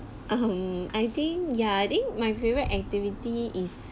um I think yeah I think my favorite activity is